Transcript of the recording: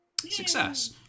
success